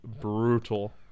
brutal